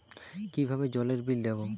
কিভাবে জলের বিল দেবো?